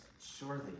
Surely